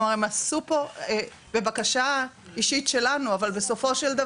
הם עשו פה בבקשה אישית שלנו, אבל בסופו של דבר